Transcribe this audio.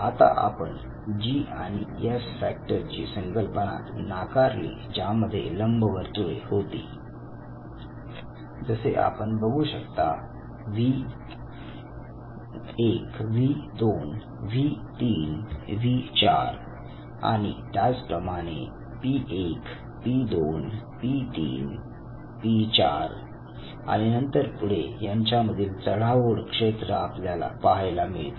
आता आपण जी आणि एस फॅक्टर ची संकल्पना नाकारली ज्यामध्ये लंबवर्तुळ होती जसे आपण बघू शकता V V 1 V 2 V 3 V 4 V V 1 V 2 V 3 V4 आणि त्याच प्रमाणे P 1 P 2 P 3 P 4 P1 P2 P3 P4 आणि नंतर पुढे यांच्यामधील चढाओढ क्षेत्र आपल्याला पाहायला मिळते